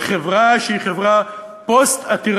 בחברה שהיא חברה פוסט-עתירת-עבודה,